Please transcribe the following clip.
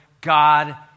God